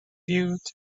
viewed